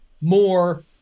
more